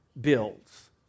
builds